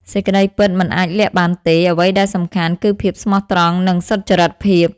សេចក្ដីពិតមិនអាចលាក់បានទេ អ្វីដែលសំខាន់គឺភាពស្មោះត្រង់និងសុចរិតភាព។